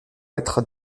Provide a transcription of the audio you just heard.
être